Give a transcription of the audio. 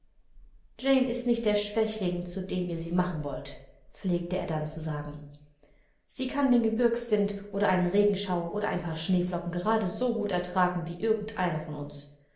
jane ist nicht der schwächling zu dem ihr sie machen wollt pflegte er dann zu sagen sie kann den gebirgswind oder einen regenschauer oder ein paar schneeflocken gerade so gut ertragen wie irgend einer von uns